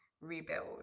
rebuild